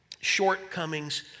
shortcomings